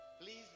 please